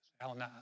Alan